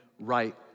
right